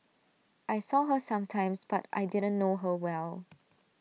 I saw her sometimes but I didn't know her well